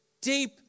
deep